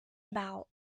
about